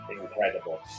incredible